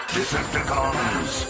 Decepticons